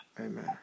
Amen